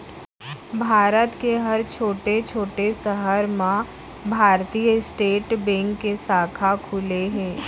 भारत के हर छोटे छोटे सहर म भारतीय स्टेट बेंक के साखा खुले हे